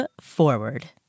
forward